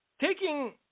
Taking